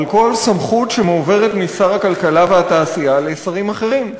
על כל סמכות שמועברת משר הכלכלה והתעשייה לשרים אחרים.